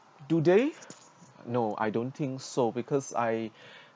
do they no I don't think so because I